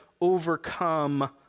overcome